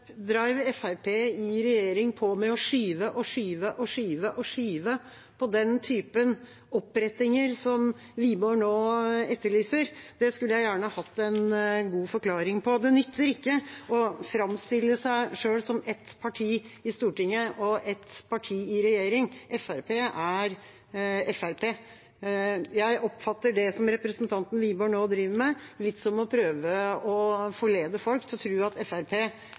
i regjering på med å skyve og skyve og skyve og skyve på den typen opprettinger som Wiborg nå etterlyser? Det skulle jeg gjerne hatt en god forklaring på. Det nytter ikke å framstille seg selv som ett parti i Stortinget og ett parti i regjering. Fremskrittspartiet er Fremskrittspartiet. Jeg oppfatter det som representanten Wiborg nå driver med, litt som å prøve å forlede folk til å tro at